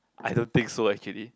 I don't think so actually